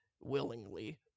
willingly